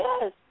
Yes